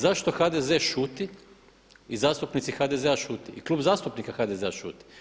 Zašto HDZ šuti i zastupnici HDZ-a šute i Klub zastupnika HDZ-a šuti?